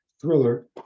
thriller